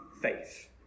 faith